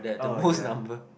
oh ya